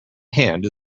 hand